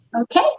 Okay